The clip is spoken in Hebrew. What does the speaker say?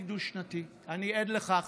אני רוצה לקרוא לכם